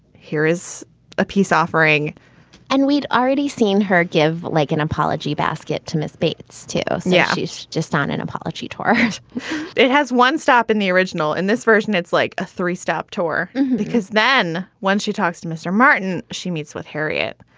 here is a peace offering and we'd already seen her give like an apology basket to miss bates, too. yeah, she's just on an apology tour it has one stop in the original in this version. it's like a three stop tour because then once she talks to mr. martin, she meets with harriet.